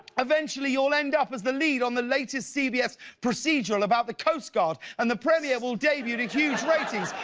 eventually you'll end up as the lead on the latest cbs procedural about the coast guard and the premiere will debut to huge ratings,